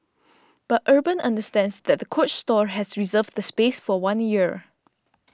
but Urban understands that the Coach store has reserved the space for one year